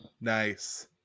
Nice